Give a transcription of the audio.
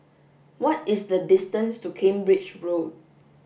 what is the distance to Cambridge Road